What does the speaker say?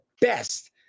best